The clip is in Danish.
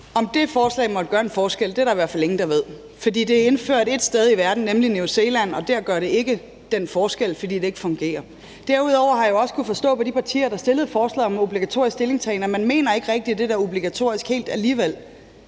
Om det forslag måtte gøre en forskel, er der i hvert fald ingen der ved. For det er indført ét sted i verden, nemlig New Zealand, og der gør det ikke den forskel, fordi det ikke fungerer. Derudover har jeg også kunnet forstå på de partier, der fremsatte forslaget om obligatorisk stillingtagen, at man alligevel ikke rigtig mener det der med, at det skal